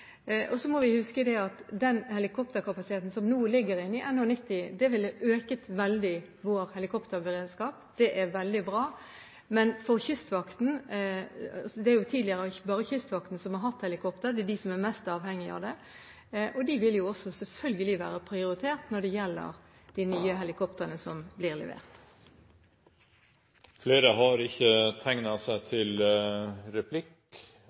Og så må vi huske at den helikopterkapasiteten som nå ligger inne i NH90, ville økt veldig vår helikopterberedskap. Det er veldig bra. Men når det gjelder Kystvakten – det er jo tidligere bare Kystvakten som har hatt helikopter, det er de som er mest avhengig av det – vil jo de også selvfølgelig være prioritert når det gjelder de nye helikoptrene som blir